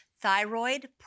thyroid